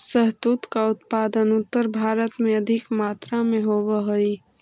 शहतूत का उत्पादन उत्तर भारत में अधिक मात्रा में होवअ हई